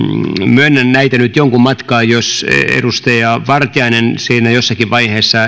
myönnän näitä nyt jonkun matkaa jos edustaja vartiainen jossakin vaiheessa